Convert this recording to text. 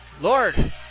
Lord